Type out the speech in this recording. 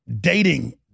dating